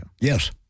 Yes